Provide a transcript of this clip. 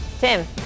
Tim